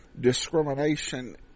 discrimination